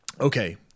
okay